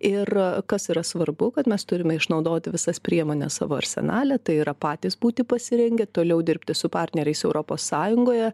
ir kas yra svarbu kad mes turime išnaudoti visas priemones savo arsenale tai yra patys būti pasirengę toliau dirbti su partneriais europos sąjungoje